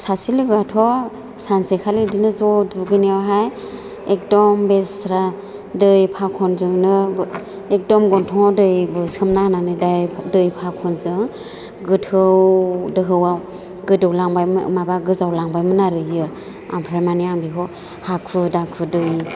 सासे लोगोआथ' सानसेखालि बिदिनो ज' दुगैनायावहाय एकदम बेसेरा दै फाखनजोंनो एकदम गन्थंआव दै बुसोमना होनानै दै फाखनजों गोथौ दोहौआव गोदौ लांबाय माबा गोजावलांबायमोन आरो बियो ओमफ्राय माने आं बेखौ हाखु दाखु दै